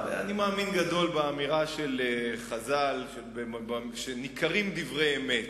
אני מאמין גדול באמרה של חז"ל, שניכרים דברי אמת.